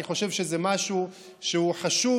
אני חושב שזה משהו שהוא חשוב.